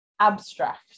abstract